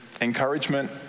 encouragement